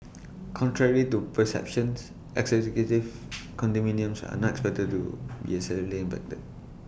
contrary to perceptions executive condominiums are not expected to be as severely impacted